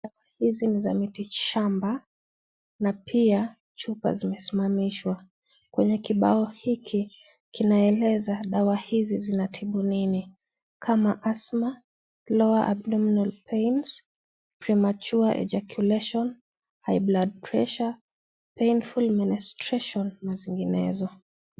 Dawa hizi ni za miti shamba, na pia chupa zimesimamishwa. Kwenye kibao hiki, kinaeleza dawa hizi zinatibu nini, kama asthma, lower abdominal pains, premature ejaculation, high blood pressure, painful menstruation na zinginezo.